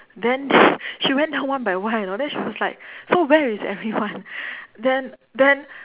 then she went down one by one you know then she was like so where is everyone then then